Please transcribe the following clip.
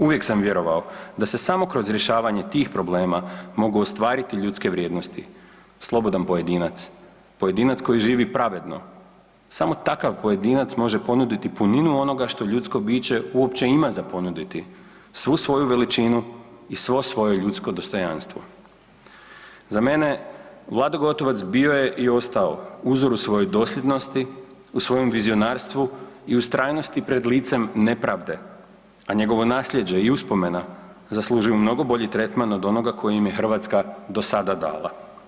Uvije sam vjerovao da se samo kroz rješavanje tih problema mogu ostvariti ljudske vrijednosti, slobodan pojedinac, pojedinac koji živi pravedno samo takav pojedinac može ponuditi puninu onoga što ljudsko biše uopće ima za ponuditi, svu svoju veličinu i svo svoje ljudsko dostojanstvo.“ Za mene Vlado Gotovac bio je i ostao uzor u svojoj dosljednosti, u svojem vizionarstvu i ustrajnosti pred licem nepravde, a njegovo nasljeđe i uspomena zaslužuju mnogo bolji tretman od onoga koji im je Hrvatska do sada dala.